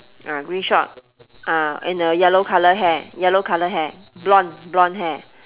ah green short ah and a yellow colour hair yellow colour hair blonde blonde hair